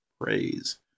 praise